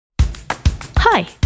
Hi